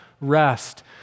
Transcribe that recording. rest